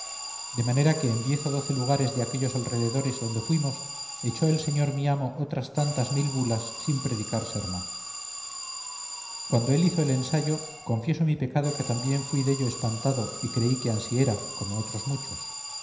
de manera que en diez o doce lugares de aquellos alderredores donde fuimos echó el señor mi amo otras tantas mil bulas sin predicar sermón cuando él hizo el ensayo confieso mi pecado que también fui dello espantado y creí que ansí era como otros muchos